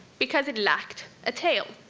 because it lacked a tail.